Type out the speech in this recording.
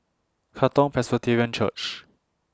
Katong Presbyterian Church